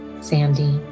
sandy